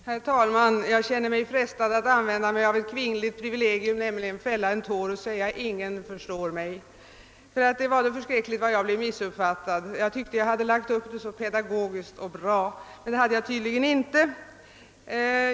Herr talman! Jag känner mig frestad att använda ett kvinnligt privilegium, nämligen att fälla en tår och säga att ingen förstår mig. Det var förskräckligt hur jag blev missuppfattad. Jag tyckte att jag hade lagt upp min framställning så pedagogiskt och klart, men det hade jag tydligen inte.